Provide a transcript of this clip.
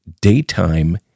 daytime